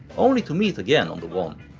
only to meet again on the one.